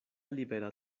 libera